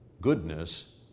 goodness